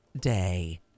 Day